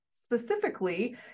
specifically